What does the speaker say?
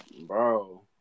Bro